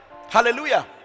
Hallelujah